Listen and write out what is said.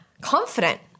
confident